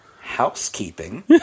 housekeeping